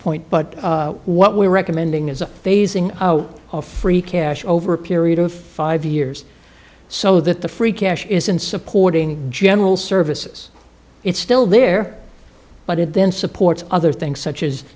point but what we're recommending is a phasing out of free cash over a period of five years so that the free cash isn't supporting general services it's still there but it then supports other things such as